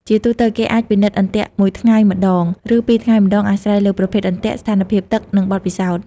ជាទូទៅ គេអាចពិនិត្យអន្ទាក់មួយថ្ងៃម្តង ឬពីរថ្ងៃម្តង អាស្រ័យលើប្រភេទអន្ទាក់ ស្ថានភាពទឹក និងបទពិសោធន៍។